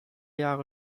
jahre